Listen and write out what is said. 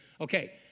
okay